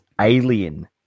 alien